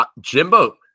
Jimbo